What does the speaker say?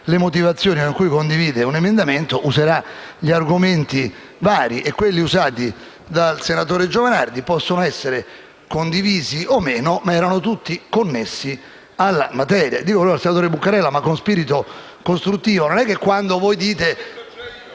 le motivazioni per cui condivide un emendamento, userà argomenti vari. Quelli usati dal senatore Giovanardi possono essere condivisi o no, ma erano tutti connessi alla materia. Dico allora al senatore Buccarella, ma con spirito costruttivo, che non è che quando voi...